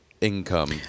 income